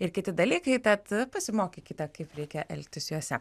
ir kiti dalykai tad pasimokykite kaip reikia elgtis juose